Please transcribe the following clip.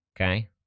Okay